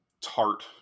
tart